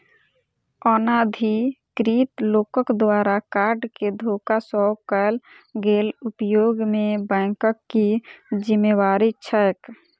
अनाधिकृत लोकक द्वारा कार्ड केँ धोखा सँ कैल गेल उपयोग मे बैंकक की जिम्मेवारी छैक?